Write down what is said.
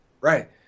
Right